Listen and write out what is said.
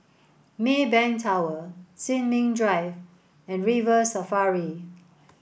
Maybank Tower Sin Ming Drive and River Safari